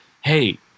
Hey